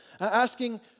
asking